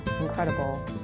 incredible